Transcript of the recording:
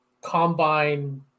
combine